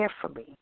carefully